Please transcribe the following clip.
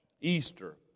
Easter